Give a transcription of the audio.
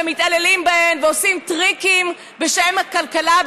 שמתעללים בהן ועושים טריקים בשם הכלכלה,